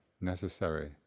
necessary